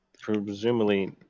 Presumably